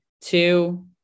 two